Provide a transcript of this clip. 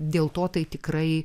dėl to tai tikrai